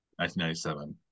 1997